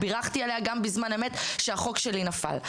בירכתי עליה גם בזמן אמת כשהחוק שלי נפל.